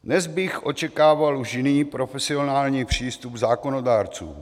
Dnes bych očekával už jiný profesionální přístup zákonodárců.